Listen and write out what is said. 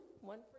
one